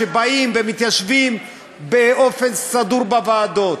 שבאים ומתיישבים באופן סדור בוועדות.